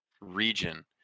region